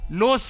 no